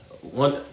one